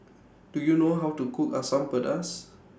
Do YOU know How to Cook Asam Pedas